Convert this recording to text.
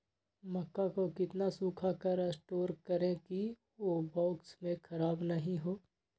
मक्का को कितना सूखा कर स्टोर करें की ओ बॉक्स में ख़राब नहीं हो?